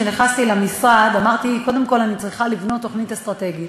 כשנכנסתי למשרד אמרתי: קודם כול אני צריכה לבנות תוכנית אסטרטגית,